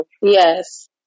Yes